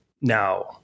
now